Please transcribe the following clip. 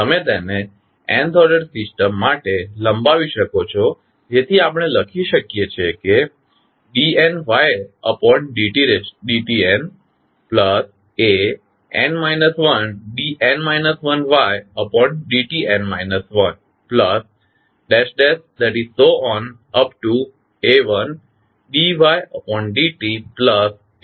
તમે તેને nth order system માટે લંબાવી શકો છો જેથી આપણે લખી શકીએ કે dnydtnan 1dn 1ydtn 1